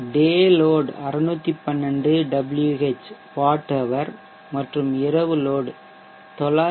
டே load 612 Wh மற்றும் இரவுலோட் 914